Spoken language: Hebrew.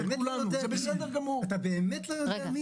אתה באמת לא יודע מיהם?